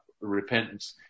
repentance